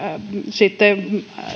sitten